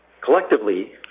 Collectively